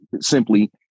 simply